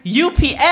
UPS